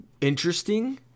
interesting